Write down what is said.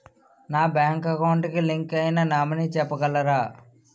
నా bank account కి link అయినా నామినీ చెప్పగలరా?